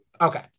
Okay